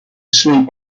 sleep